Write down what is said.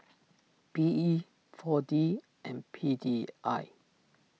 P E four D and P D I